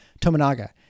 Tomonaga